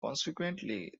consequently